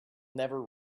never